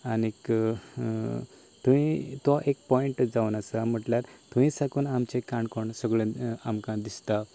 आनी थंय तो एक पॉयंट जावन आसा म्हणल्यार थंय साकून आमचें काणकोण सगळें आमकां दिसता